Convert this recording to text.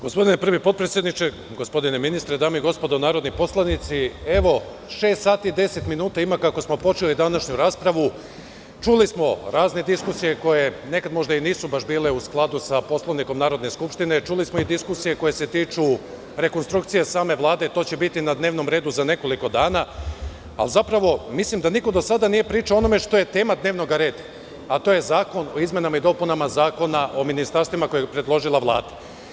Gospodine prvi potpredsedniče, gospodine ministre, dame i gospodo narodni poslanici, evo, šest sati i 10 minuta ima kako smo počeli današnju raspravu, čuli smo razne diskusije koje nekad možda baš i nisu bile u skladu sa Poslovnikom Narodne skupštine, čuli smo i diskusije koje se tiču rekonstrukcije same Vlade, to će biti na dnevnom redu za nekoliko dana, ali, zapravo, mislim da niko do sada nije pričao o onome što je tema dnevnog reda, a to je Zakon o izmenama i dopunama Zakona o ministarstvima, kojeg je predložila Vlada.